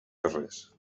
carrers